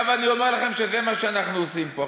עכשיו, אני אומר לכם שזה מה שאנחנו עושים פה.